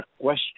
question